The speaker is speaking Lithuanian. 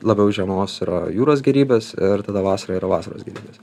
labiau žiemos yra jūros gėrybės ir tada vasara yra vasaros gėrybės